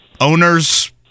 owners